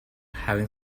having